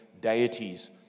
deities